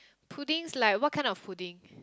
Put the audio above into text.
puddings like what kind of puddings